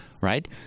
right